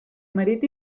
marit